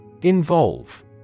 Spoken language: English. Involve